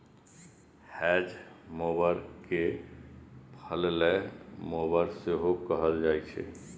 hedge mower कें फलैले mower सेहो कहल जाइ छै